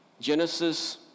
Genesis